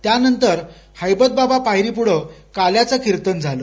त्यानंतर हैबतबाबा पायरीपुढ काल्याच किर्तन झालं